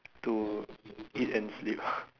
to eat and sleep